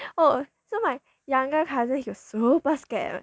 oh so my younger cousin he was super scared